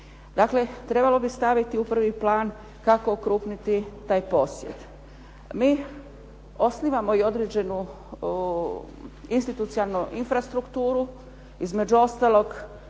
trebalo bi staviti u prvi plan kako okrupniti taj posjed. Mi osnivamo i određenu institucionalnu infrastrukturu, između ostalog